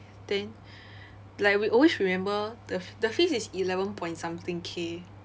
then like we always remember that the fees is eleven point something K